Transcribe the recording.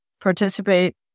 participate